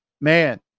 man